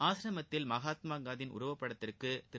ஆஸ்ரமத்தில் மகாத்மா காந்தியின் உருவப்படத்திற்கு திரு